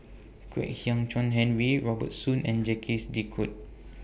Kwek Hian Chuan Henry Robert Soon and Jacques De Coutre